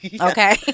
Okay